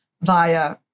via